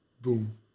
Boom